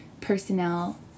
Personnel